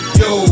yo